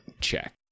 Check